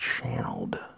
channeled